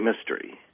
mystery